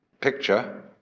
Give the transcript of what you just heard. picture